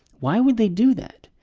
why would they do that?